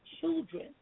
children